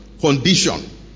condition